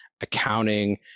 accounting